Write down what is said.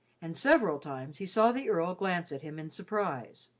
and several times he saw the earl glance at him in surprise.